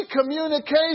communication